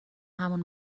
همون